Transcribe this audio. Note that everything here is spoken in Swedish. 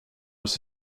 oss